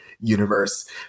universe